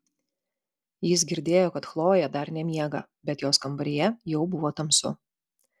jis girdėjo kad chlojė dar nemiega bet jos kambaryje jau buvo tamsu